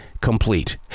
complete